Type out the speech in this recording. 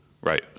Right